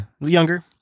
younger